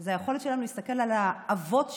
זה היכולת שלנו להסתכל על האבות שלנו,